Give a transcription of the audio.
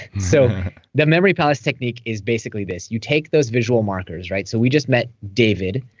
so the memory palace technique is basically this. you take those visual markers, right? so we just met david,